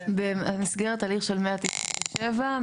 במסגרת הליך של 197,